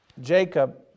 Jacob